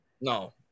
No